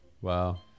Wow